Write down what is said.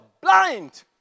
blind